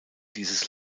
dieses